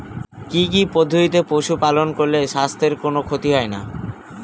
কি কি পদ্ধতিতে পশু পালন করলে স্বাস্থ্যের কোন ক্ষতি হয় না?